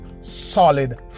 solid